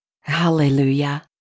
Hallelujah